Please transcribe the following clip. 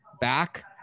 back